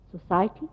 society